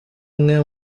umwe